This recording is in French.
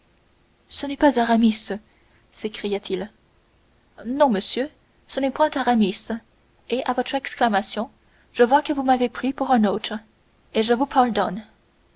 ce n'est pas aramis s'écria-t-il non monsieur ce n'est point aramis et à votre exclamation je vois que vous m'avez pris pour un autre et je vous pardonne